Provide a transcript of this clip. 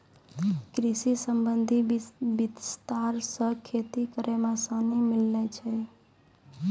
कृषि संबंधी विस्तार से खेती करै मे आसानी मिल्लै छै